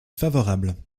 favorable